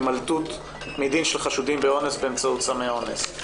הימלטות מדין של חשודים באונס באמצעות סמי אונס.